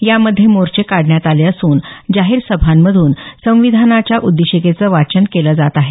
यामध्ये मोर्चे काढण्यात आले असून जाहीर सभांमधून संविधानाच्या उद्देशिकेचं वाचन केलं जात आहे